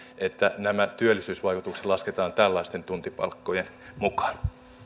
että nämä työllisyysvaikutukset lasketaan tällaisten tuntipalkkojen mukaan